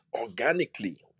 organically